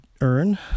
earn